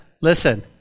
listen